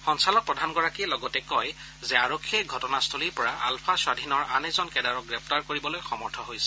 সঞ্চালক প্ৰধানগৰাকীয়ে লগতে কয় যে আৰক্ষীয়ে ঘটনাস্থলীৰ পৰা আলফা স্বাধীনৰ আন এজন কেদাৰক গ্ৰেপ্তাৰ কৰিবলৈ সমৰ্থ হৈছে